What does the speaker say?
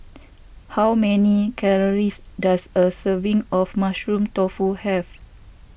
how many calories does a serving of Mushroom Tofu have